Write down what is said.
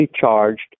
charged